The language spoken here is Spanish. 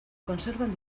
conservan